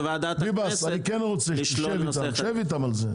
ביבס, אני כן רוצה - שב איתם על זה.